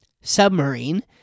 submarine